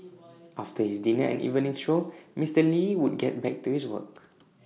after his dinner and evening stroll Mister lee would get back to his work